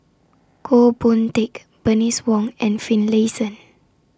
Goh Boon Teck Bernice Wong and Finlayson